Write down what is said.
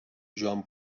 joan